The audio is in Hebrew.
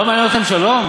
לא מעניין אתכם שלום?